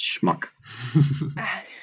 schmuck